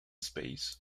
space